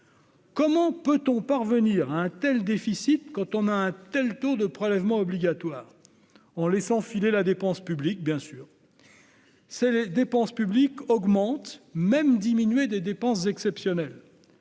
Comment peut-on parvenir à un tel déficit quand on a un taux si élevé de prélèvements obligatoires ? En laissant filer les dépenses publiques, bien sûr ! Celles-ci augmentent, même diminuées des dépenses exceptionnelles.